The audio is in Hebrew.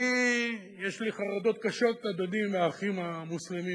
אני, יש לי חרדות קשות, אדוני, מ"האחים המוסלמים",